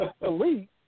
elite